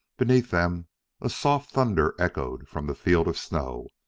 beneath them a soft thunder echoed from the field of snow,